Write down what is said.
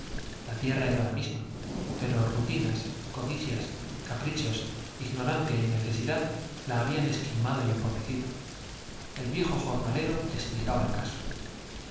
la tierra era la misma pero rutinas comparación codicias caprichos ignorancia y necesidad la habían esquilmado y empobrecido el viejo jornalero expli caba el caso